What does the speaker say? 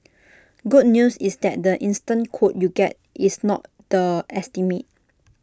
good news is that the instant quote you get is not the estimate